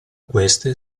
queste